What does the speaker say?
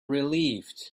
relieved